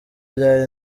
ryari